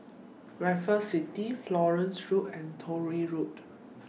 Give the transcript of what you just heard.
Raffles City Florence Road and Truro Road